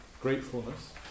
gratefulness